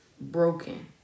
broken